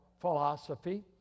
philosophy